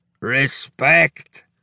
Respect